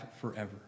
forever